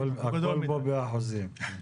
הכל פה במספרים.